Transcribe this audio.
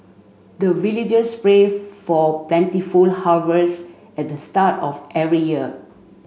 the villagers pray for plentiful harvest at the start of every year